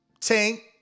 Tank